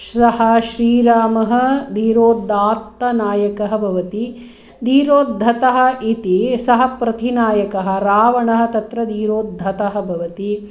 श्रः श्रीरामः धीरोदात्तनायकः भवति धीरोद्धतः इति सः प्रतिनायकः रावणः तत्र धीरोद्धतः भवति